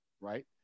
Right